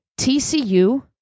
TCU